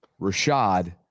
Rashad